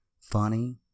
funny